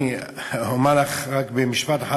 אני אומר לך רק במשפט אחד.